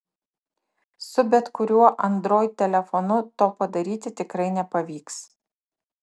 su bet kuriuo android telefonu to padaryti tikrai nepavyks